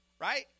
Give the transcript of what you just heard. right